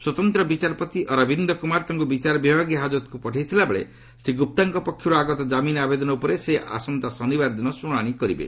ସ୍ୱତନ୍ତ୍ର ବିଚାରପତି ଅରବିନ୍ଦ କୁମାର ତାଙ୍କୁ ବିଚାର ବିଭାଗୀୟ ହାଜତକୁ ପଠାଇଥିଲା ବେଳେ ଶ୍ରୀ ଗୁପ୍ତାଙ୍କ ପକ୍ଷରୁ ଆଗତ ଜାମିନ ଆବେଦନ ଉପରେ ସେ ଆସନ୍ତା ଶନିବାର ଦିନ ଶୁଣାଣି କରିବେ